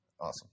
Awesome